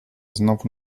znowu